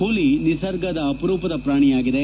ಹುಲಿ ನಿಸರ್ಗದ ಅಪರೂಪದ ಪ್ರಾಣಿಯಾಗಿದೆ